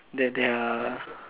that they're